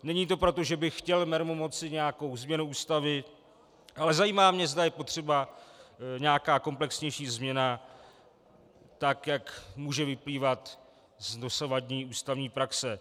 Není to proto, že bych chtěl mermomocí nějakou změnu Ústavy, ale zajímá mě, zda je potřeba nějaká komplexnější změna, tak jak může vyplývat z dosavadní ústavní praxe.